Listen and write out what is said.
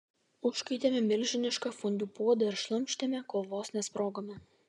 užkaitėme milžinišką fondiu puodą ir šlamštėme kol vos nesprogome